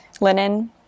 linen